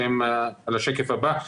שהם על השקף הבא,